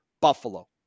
Buffalo